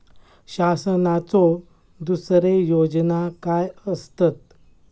शासनाचो दुसरे योजना काय आसतत?